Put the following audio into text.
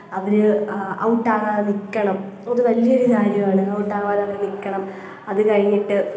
അവര് ഔട്ട് ആകാതെ നിൽക്കണം അത് വലിയൊരു കാര്യമാണ് ഔട്ട് ആവാതെ അവർ നിൽക്കണം അത് കഴിഞ്ഞിട്ട്